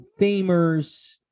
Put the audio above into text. Famers